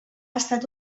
estat